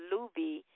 Luby